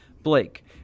Blake